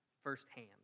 firsthand